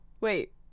wait